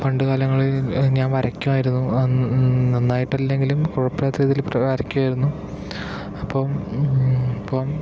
പണ്ട് കാലങ്ങളിൽ ഞാൻ വരക്കുമായിരുന്നു നന്നായിട്ടല്ലെങ്കിലും കുഴപ്പമില്ലാത്ത രീതിയിൽ വരക്കുമായിരുന്നു അപ്പം അപ്പം